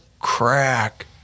crack